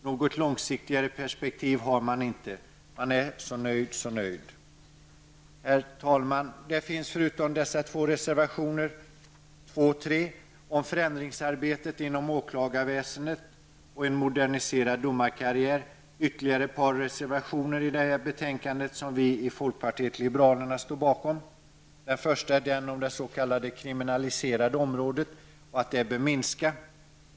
Något långsiktigare perspektiv har man inte -- man är så nöjd, så nöjd! Herr talman! Förutom reservation 2 om förändringsarbete inom åklagarväsendet och reservation 3 om moderniserad domarkarriär finns i betänkandet ytterligare ett par reservationer som vi i folkpartiet liberalerna står bakom. I reservation 1 föreslås att det kriminaliserade området bör minska.